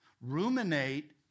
Ruminate